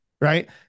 right